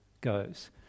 goes